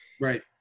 Right